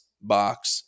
box